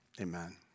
Amen